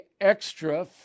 extra